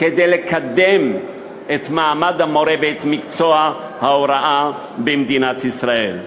כדי לקדם את מעמד המורה ואת מקצוע ההוראה במדינת ישראל.